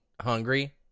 hungry